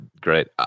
great